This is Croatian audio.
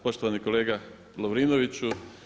Poštovani kolega Lovrinoviću.